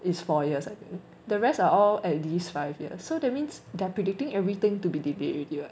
is four years I think the rest are all at least five years so that means they're predicting everything to be already [what]